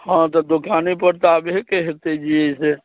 हाँ तऽ दोकानेपर तऽ आबहेके हेतै जे अइसे